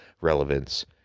relevance